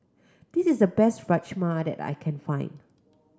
this is the best Rajma that I can find